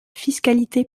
fiscalité